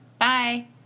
Bye